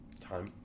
time